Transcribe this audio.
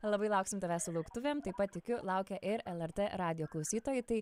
labai lauksim tavęs su lauktuvėm taip pat tikiu laukia ir lrt radijo klausytojai tai